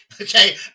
okay